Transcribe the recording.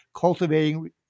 Cultivating